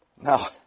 Now